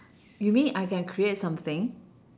you mean I can create something